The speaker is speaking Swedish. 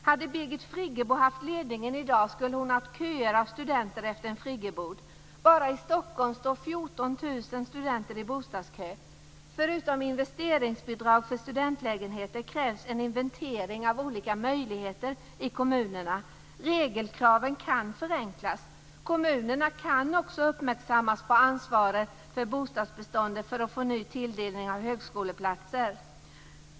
Om Birgit Friggebo hade haft ledningen i dag skulle hon ha haft köer av studenter som frågade efter en friggebod. Bara i Stockholm står 14 000 studenter i bostadskö. Förutom investeringsbidrag för studentlägenheter krävs det en inventering av olika möjligheter i kommunerna. Regelkraven kan förenklas. Kommunerna kan också göras uppmärksamma på ansvaret för bostadsbeståndet när det gäller att få en ny tilldelning av högskoleplatser.